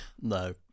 No